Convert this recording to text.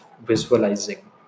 visualizing